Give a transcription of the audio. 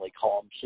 calm